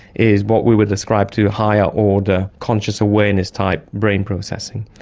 is what we would describe to higher order conscious awareness type brain processing.